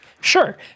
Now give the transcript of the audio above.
Sure